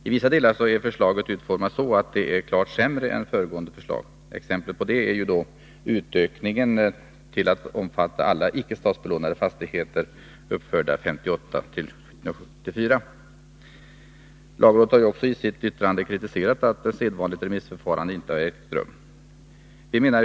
I vissa delar är det utformat så, att det är klart sämre än föregående förslag. Ett exempel på det är utökningen av hyreshusavgiften till att omfatta alla icke statsbelånade fastigheter som är uppförda fr.o.m. 1958 t.o.m. 1974. Lagrådet har i sitt yttrande kritiserat att sedvanligt remissförfarande inte har ägt rum.